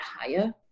higher